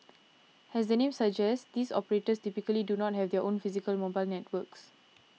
as the name suggests these operators typically do not have their own physical mobile networks